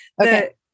Okay